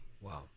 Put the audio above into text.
Wow